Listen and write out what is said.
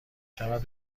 شود